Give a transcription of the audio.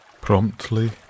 Promptly